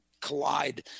collide